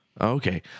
Okay